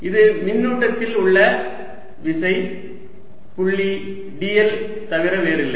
இது மின்னூட்டத்தில் உள்ள விசை புள்ளி dl தவிர வேறில்லை